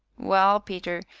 well, peter,